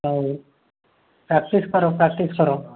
ହଉ ପ୍ରାକ୍ଟିସ୍ କର ପ୍ରାକ୍ଟିସ୍ କର